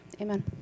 Amen